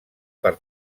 per